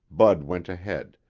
bud went ahead,